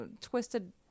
twisted